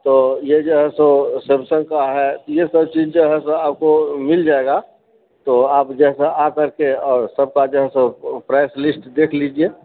तो ये जो है सैमसंग का है येसब चीज जो है सो आपको मिल जायेगा